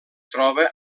troba